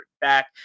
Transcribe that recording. back